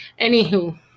Anywho